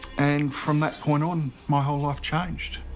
and from that point on, my whole life changed.